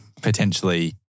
potentially